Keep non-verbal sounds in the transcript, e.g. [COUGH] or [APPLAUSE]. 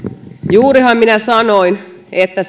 juurihan minä sanoin että [UNINTELLIGIBLE]